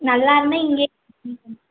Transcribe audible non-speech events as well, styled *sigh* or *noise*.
நல்லாயிருந்தால் இங்கேயே *unintelligible*